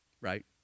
right